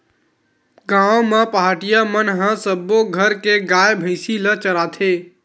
गाँव म पहाटिया मन ह सब्बो घर के गाय, भइसी ल चराथे